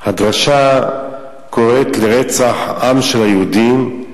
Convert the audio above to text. הדרשה קוראת לרצח-עם של היהודים,